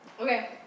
Okay